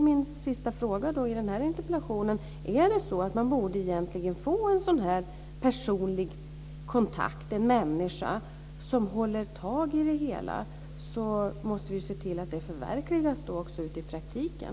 Min sista fråga i den här interpellationsdebatten blir om dessa kvinnor verkligen borde få en sådan här personlig kontakt med en människa som tar tag i det hela. I så fall måste vi se till att det förverkligas i praktiken.